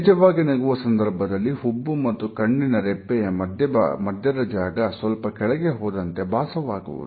ನೈಜವಾಗಿ ನಗುವ ಸಂದರ್ಭದಲ್ಲಿ ಹುಬ್ಬು ಮತ್ತು ಕಣ್ಣಿನ ರೆಪ್ಪೆಯ ಮಧ್ಯದ ಜಾಗ ಸ್ವಲ್ಪ ಕೆಳಗೆ ಹೋದಂತೆ ಭಾಸವಾಗುವುದು